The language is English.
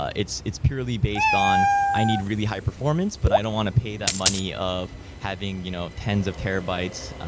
ah it's it's purely based on, i need really high performance but i don't want to pay that money of having you know tens of terabytes,